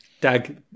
Dag